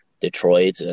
Detroit